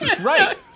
Right